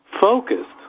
focused